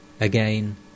Again